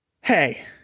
Hey